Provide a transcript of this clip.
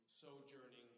sojourning